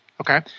Okay